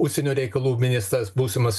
užsienio reikalų ministras būsimas